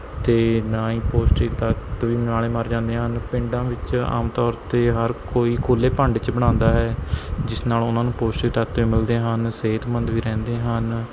ਅਤੇ ਨਾਲ ਹੀ ਪੌਸ਼ਟਿਕ ਤੱਤ ਵੀ ਨਾਲ ਮਰ ਜਾਂਦੇ ਹਨ ਪਿੰਡਾਂ ਵਿੱਚ ਆਮ ਤੌਰ 'ਤੇ ਹਰ ਕੋਈ ਖੁੱਲ੍ਹੇ ਭਾਂਡੇ 'ਚ ਬਣਾਉਂਦਾ ਹੈ ਜਿਸ ਨਾਲ ਉਹਨਾਂ ਨੂੰ ਪੌਸ਼ਟਿਕ ਤੱਤ ਵੀ ਮਿਲਦੇ ਹਨ ਸਿਹਤਮੰਦ ਵੀ ਰਹਿੰਦੇ ਹਨ